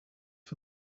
for